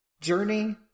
journey